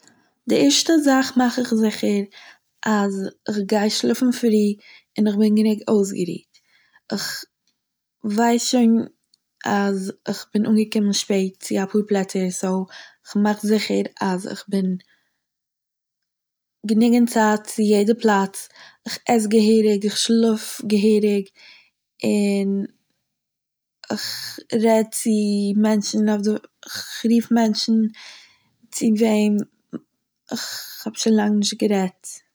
די ערשטע זאך מאך איך זיכער אז איך גיי שלאפן פרי און איך בין גענוג אויסגערוהט. איך ווייס שוין אז איך בין אנגעקומען שפעט צו א פאר פלעצער סאו איך מאך זיכער אז איך בין גענוג אין צייט צו יעדע פלאץ. איך עס געהעריג איך שלאף געהעריג און איך רעד צו מענטשן אויף די איך רוף מענטשן צו וועם איך האב שוין לאנג נישט גערעדט.